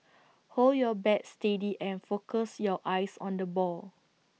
hold your bat steady and focus your eyes on the ball